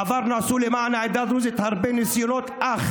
בעבר נעשו למען העדה הדרוזית הרבה ניסיונות, אך